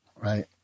Right